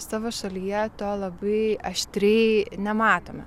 savo šalyje to labai aštriai nematome